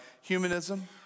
humanism